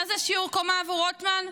מה זה שיעור קומה עבור רוטמן?